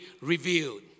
revealed